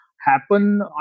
happen